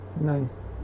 Nice